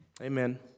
Amen